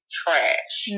trash